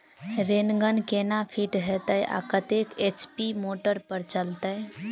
Rain gun केना fit हेतइ आ कतेक एच.पी मोटर पर चलतै?